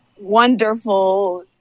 wonderful